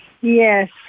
Yes